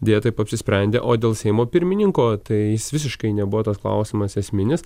deja taip apsisprendė o dėl seimo pirmininko tai jis visiškai nebuvo tas klausimas esminis